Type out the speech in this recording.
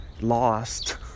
lost